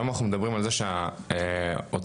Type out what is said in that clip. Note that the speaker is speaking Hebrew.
היום אנחנו מדברים על זה שהיום ההוצאה